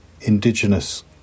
indigenous